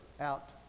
out